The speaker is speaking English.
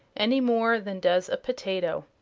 any more than does a potato.